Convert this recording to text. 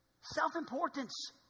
Self-importance